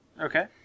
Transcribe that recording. Okay